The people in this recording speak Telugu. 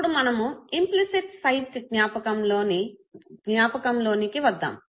ఇప్పుడు మనము ఇంప్లిసిట్ సైట్ జ్ఞాపకంలోనికి వద్దాము